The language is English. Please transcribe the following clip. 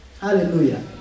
Hallelujah